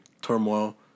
turmoil